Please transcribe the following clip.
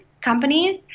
companies